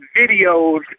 videos